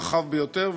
רחב ביותר,